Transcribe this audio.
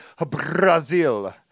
Brazil